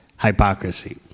hypocrisy